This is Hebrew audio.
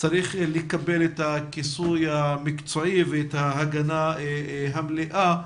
צריך לקבל את הכיסוי המקצועי ואת ההגנה המלאה.